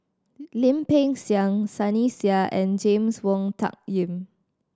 Lim Peng Siang Sunny Sia and James Wong Tuck Yim